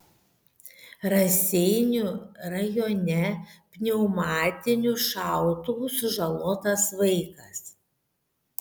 raseinių rajone pneumatiniu šautuvu sužalotas vaikas